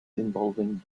involving